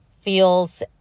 feels